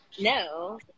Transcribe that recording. no